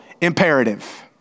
imperative